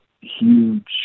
huge